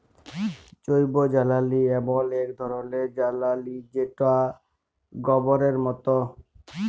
জৈবজ্বালালি এমল এক ধরলের জ্বালালিযেটা গবরের মত